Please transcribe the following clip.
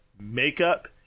makeup